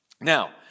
Now